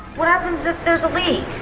what happens if there's a leak?